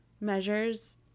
measures